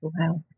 health